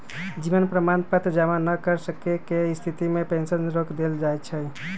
जीवन प्रमाण पत्र जमा न कर सक्केँ के स्थिति में पेंशन रोक देल जाइ छइ